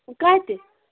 کَتہِ